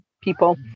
people